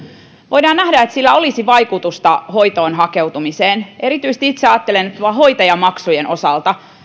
voidaan nähdä että sillä olisi vaikutusta hoitoon hakeutumiseen erityisesti itse ajattelen että hoitajamaksujen osalta